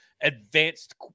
advanced